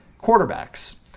Quarterbacks